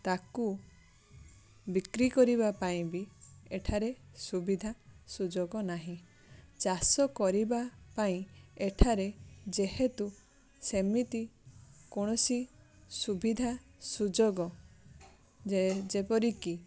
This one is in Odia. ତାକୁ ବିକ୍ରି କରିବା ପାଇଁ ବି ଏଠାରେ ସୁବିଧା ସୁଯୋଗ ନାହିଁ ଚାଷ କରିବା ପାଇଁ ଏଠାରେ ଯେହେତୁ ସେମିତି କୌଣସି ସୁବିଧା ସୁଯୋଗ ଯେ ଯେପରିକି